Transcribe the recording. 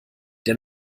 der